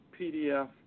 PDF